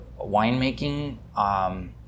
winemaking